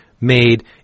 made